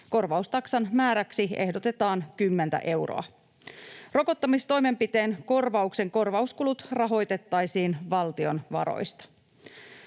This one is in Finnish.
Korvaustaksan määräksi ehdotetaan 10:tä euroa. Rokottamistoimenpiteen korvausten korvauskulut rahoitettaisiin valtion varoista.